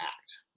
act